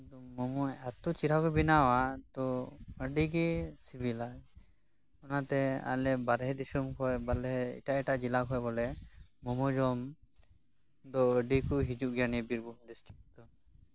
ᱤᱧ ᱫᱚ ᱢᱳᱢᱳ ᱮᱛᱚ ᱪᱮᱨᱦᱟ ᱠᱚ ᱵᱮᱱᱟᱣᱟ ᱡᱮ ᱟ ᱰᱤ ᱜᱮ ᱥᱤᱵᱤᱞᱟ ᱚᱱᱟᱛᱮ ᱟᱞᱮ ᱵᱟᱨᱦᱮ ᱫᱤᱥᱚᱢ ᱠᱚᱨᱮ ᱵᱚᱞᱮ ᱮᱴᱟᱜᱼᱮᱴᱟᱜ ᱡᱮᱞᱟ ᱠᱷᱚᱡ ᱵᱚᱞᱮ ᱢᱳᱢᱳ ᱡᱚᱢ ᱫᱚ ᱟᱹᱰᱤ ᱠᱚ ᱦᱤᱡᱩᱜ ᱜᱮᱭᱟ ᱱᱚᱣᱟ ᱵᱤᱨᱵᱷᱩᱢ ᱰᱤᱥᱴᱤᱠ ᱫᱚ